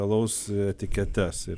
alaus etiketes ir